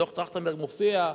בדוח-טרכטנברג מופיע,